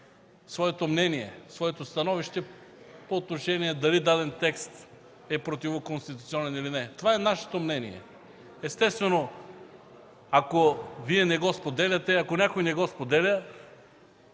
своето мнение, своето становище дали даден текст е противоконституционен, или не. Това е нашето мнение. Естествено, ако Вие не го споделяте, ако някой не го споделя,